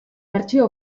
bertsio